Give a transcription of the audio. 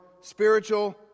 spiritual